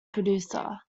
producer